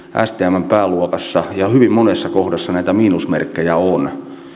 stmn pääluokassa ja hyvin monessa kohdassa näitä miinusmerkkejä on niin tämähän on plussaa ja se